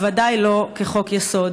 בוודאי לא כחוק-יסוד,